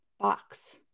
box